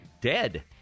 dead